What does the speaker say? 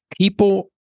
people